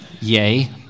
Yay